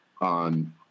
on